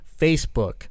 Facebook